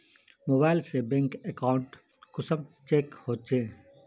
Mobile से bank account कुंसम check होचे?